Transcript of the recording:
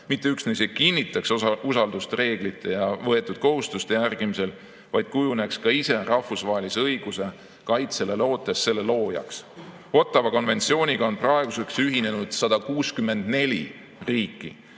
mitte üksnes ei kinnitaks usaldust reeglite ja võetud kohustuste järgimisel, vaid kujuneks rahvusvahelise õiguse kaitsele lootes ka ise selle loojaks. Ottawa konventsiooniga on praeguseks ühinenud 164 riiki.